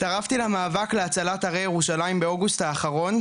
הצטרפתי למאבק להצלת הרי ירושלים באוגוסט האחרון,